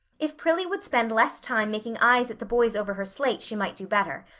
if prillie would spend less time making eyes at the boys over her slate she might do better.